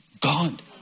God